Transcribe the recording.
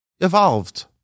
evolved